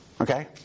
Okay